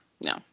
no